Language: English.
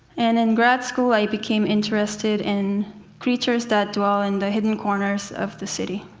and in grad school i became interested in creatures that dwell in the hidden corners of the city.